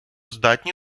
здатні